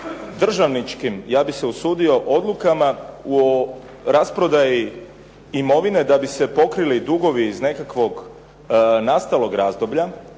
državničkim, ja bih se usudio odlukama u rasprodaji imovine, da bi se pokrili dugovi iz nekog nastalog razdoblja,